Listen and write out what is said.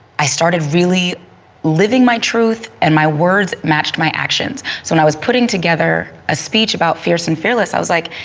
i started really living my truth and my words matched my actions. so when i was putting together a speech about fierce and fearless, i was like,